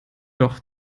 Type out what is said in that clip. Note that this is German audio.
doch